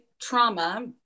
trauma